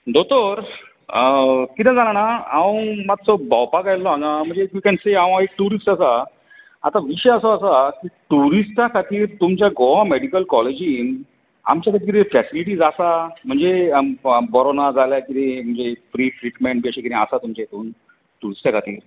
दोतोर कितें जाले जाणां हांव मातसो भोंवपाक आयिल्लो हांगा म्हणजे यु केन से हांव एक टूरिस्ट आसा हांगा आतां विशय असो आसा टूरिस्टां खातीर तुमच्या गोवा मेडिकल कॉलेजीन आमच्या खातीर फेसिलीटीज आसा म्हणजे बरो ना जाल्यार म्हणजे कितें फ्रि ट्रिटमेंट अशे कितें आसा तुमचें हितुन टुरिस्टा खातीर